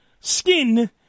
skin